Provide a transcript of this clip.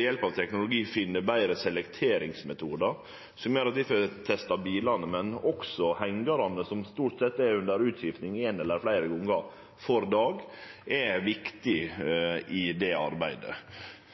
hjelp av teknologi å finne betre selekteringsmetodar som gjer at vi får testa bilane – men også hengjarane, som stort sett er under utskifting ein eller fleire gongar per dag – er viktig i det arbeidet.